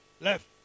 left